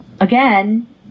again